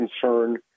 concern